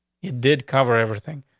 it did cover everything.